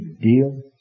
deal